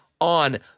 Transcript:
on